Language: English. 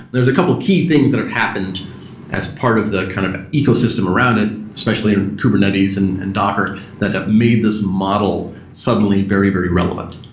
there's a couple of key things that have happened as part of the kind of ecosystem around it, especially kubernetes and and docker that have made this model suddenly very, very relevant.